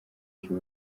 cy’u